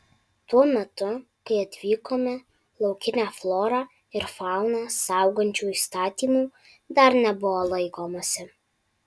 tuo metu kai atvykome laukinę florą ir fauną saugančių įstatymų dar nebuvo laikomasi